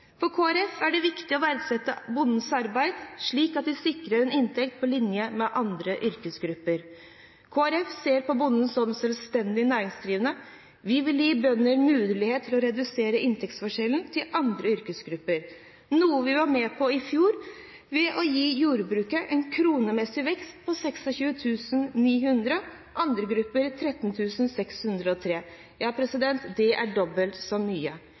For Kristelig Folkeparti er det viktig å verdsette bondens arbeid, slik at de sikres en inntekt på linje med andre yrkesgrupper. Kristelig Folkeparti ser på bonden som selvstendig næringsdrivende. Vi vil gi bønder mulighet til å redusere inntektsforskjellen til andre yrkesgrupper, noe vi var med på i fjor ved å gi jordbruket en kronemessig vekst på 26 900, mot 13 603 kr til andre grupper. Det er dobbelt så mye.